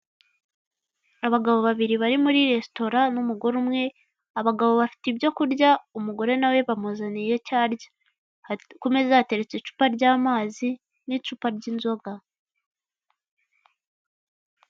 Abagabo babiri bari muri resitora n'umugore umwe abagabo bafite ibyo kurya umugore nawe bamuzaniye icyo arya ku meza hateretse icupa ry'anazi n'icupa ry'inzoga.